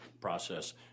process